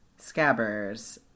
Scabbers